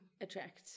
attract